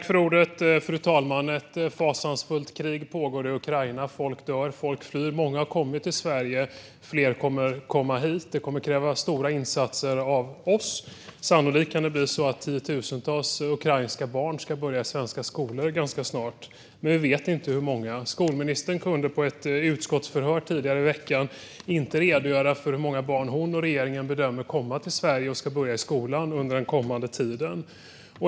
Fru talman! Ett fasansfullt krig pågår i Ukraina. Folk dör. Folk flyr. Många har kommit till Sverige, och fler kommer att komma hit. Det kommer att kräva stora insatser av oss. Det kan bli tiotusentals ukrainska barn som ska börja i svenska skolor ganska snart, men vi vet inte hur många. Skolministern kunde på ett utskottsförhör tidigare i veckan inte redogöra för hur många barn som hon och regeringen bedömer kommer till Sverige och ska börja i skolan den kommande tiden.